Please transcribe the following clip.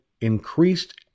increased